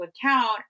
account